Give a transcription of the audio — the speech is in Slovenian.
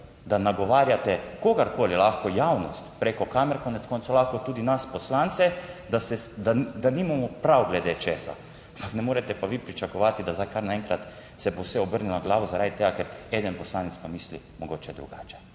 da nagovarjate kogarkoli, lahko javnost preko kamer, konec koncev lahko tudi nas poslance, da nimamo prav glede česa. Ampak ne morete pa vi pričakovati, da zdaj kar naenkrat se bo vse obrnilo na glavo, zaradi tega, ker eden poslanec pa misli mogoče drugače.